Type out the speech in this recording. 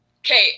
okay